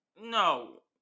no